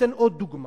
אתן עוד דוגמה,